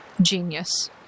Genius